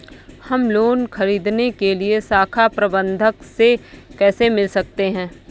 हम लोन ख़रीदने के लिए शाखा प्रबंधक से कैसे मिल सकते हैं?